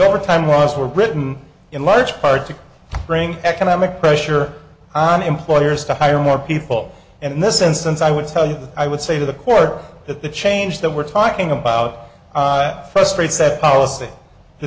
overtime laws were written in large part to bring economic pressure on employers to hire more people and this instance i would tell you that i would say to the court that the change that we're talking about frustrates that policy the